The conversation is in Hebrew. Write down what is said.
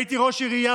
הייתי ראש עירייה,